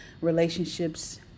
relationships